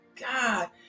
God